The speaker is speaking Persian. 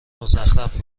مزخرف